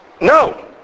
No